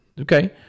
Okay